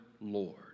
Lord